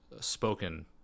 spoken